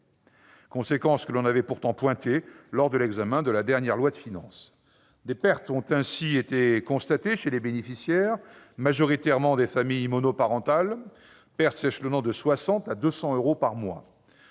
conséquences que l'on avait pourtant pointées lors de l'examen de la dernière loi de finances. Des pertes ont ainsi été constatées chez les bénéficiaires- majoritairement, des familles monoparentales -s'échelonnant de 60 à 200 euros par mois.